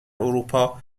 اروپا